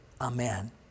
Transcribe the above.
Amen